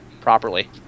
properly